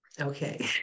okay